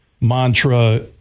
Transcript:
mantra